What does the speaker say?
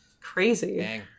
crazy